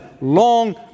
long